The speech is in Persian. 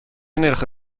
نرخ